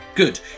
Good